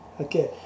Okay